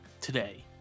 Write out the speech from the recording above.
Today